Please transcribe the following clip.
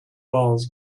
walls